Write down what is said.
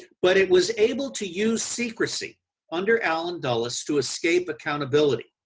but, it was able to use secrecy under allen dulles to escape accountability.